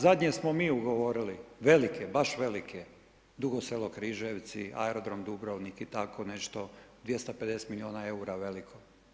Zadnje smo mi ugovorili, velike, baš velike Dugo Selo – Križevci, aerodrom Dubrovnik i tako nešto, 250 milijuna eura veliko.